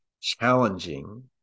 challenging